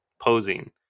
posing